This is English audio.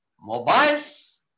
mobiles